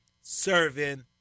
serving